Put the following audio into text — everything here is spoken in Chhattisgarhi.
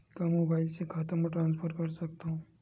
का मोबाइल से खाता म ट्रान्सफर कर सकथव?